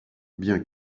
bien